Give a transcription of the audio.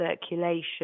circulation